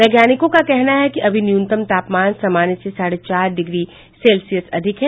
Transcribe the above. वैज्ञानिकों का कहना है कि अभी न्यूनतम तामपान सामान्य से साढ़े चार डिग्री सेल्सियस अधिक है